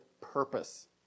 purpose